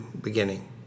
beginning